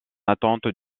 attente